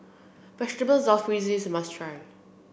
Vegetable Jalfrezi is a must try